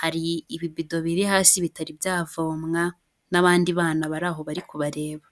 hari ibibido biri hasi bitari byavomwa n'abandi bana bari aho bari kubareba.